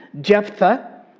Jephthah